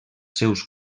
seus